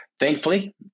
Thankfully